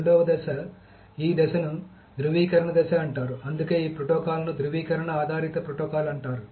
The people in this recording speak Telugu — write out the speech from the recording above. రెండవ దశ ఈ దశను ధ్రువీకరణ దశ అంటారు అందుకే ఈ ప్రోటోకాల్ను ధ్రువీకరణ ఆధారిత ప్రోటోకాల్ అంటారు